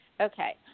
Okay